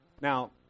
Now